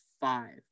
five